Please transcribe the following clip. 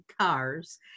cars